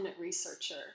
researcher